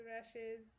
rushes